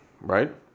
right